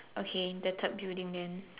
okay the third building then